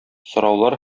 сораулар